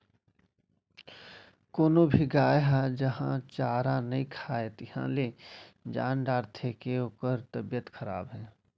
कोनो भी गाय ह जहॉं चारा नइ खाए तिहॉं ले जान डारथें के ओकर तबियत खराब हे